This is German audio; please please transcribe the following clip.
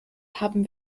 haben